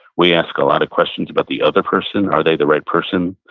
we ask a lot of questions about the other person, are they the right person?